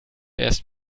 erst